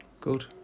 Good